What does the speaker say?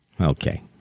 Okay